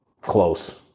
close